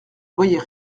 voyait